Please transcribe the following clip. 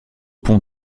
pont